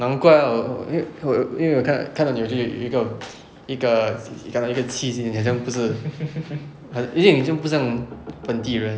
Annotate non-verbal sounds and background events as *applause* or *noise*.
难怪 ah 我我因为我有因为看到你看到你去一个 *noise* 一个看到一个气息你很像不是有一点就不像本地人